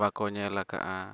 ᱵᱟᱠᱚ ᱧᱮᱞ ᱟᱠᱟᱫᱟ